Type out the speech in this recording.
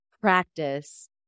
practice